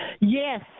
yes